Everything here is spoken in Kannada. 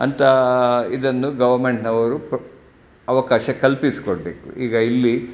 ಅಂತ ಇದನ್ನು ಗೌರ್ಮೆಂಟ್ನವರು ಅವಕಾಶ ಕಲ್ಪಿಸಿಕೊಡ್ಬೇಕು ಈಗ ಇಲ್ಲಿ